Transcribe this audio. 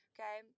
Okay